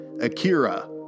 Akira